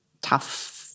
tough